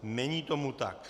Není tomu tak.